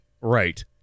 Right